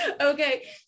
Okay